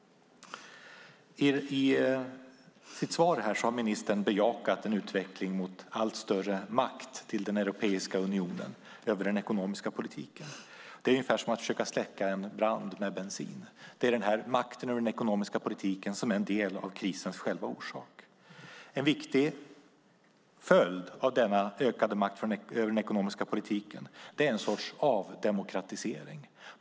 I sitt svar bejakar ministern en utveckling mot allt större makt till Europeiska unionen över den ekonomiska politiken. Det är ungefär som att försöka släcka en brand med bensin. Det är den makten över den ekonomiska politiken som är en del av orsaken till krisen. En viktig följd av denna ökade makt över den ekonomiska politiken är någon sorts avdemokratisering.